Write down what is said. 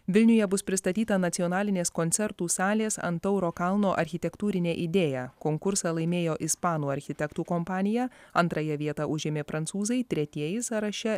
vilniuje bus pristatyta nacionalinės koncertų salės ant tauro kalno architektūrinė idėja konkursą laimėjo ispanų architektų kompanija antrąją vietą užėmė prancūzai tretieji sąraše